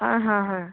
हाँ हाँ हाँ